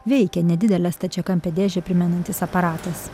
veikia nedidelę stačiakampę dėžę primenantis aparatas